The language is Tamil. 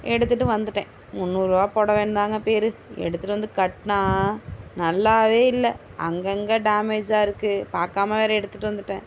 எடுத்துகிட்டு வந்துவிட்டேன் முன்னூறு ரூபா பொடவைன்னு தாங்க பேர் எடுத்துகிட்டு வந்து கட்டினா நல்லாவே இல்லை அங்கங்கே டேமேஜாயிருக்கு பார்க்காம வேறு எடுத்துகிட்டு வந்துவிட்டேன்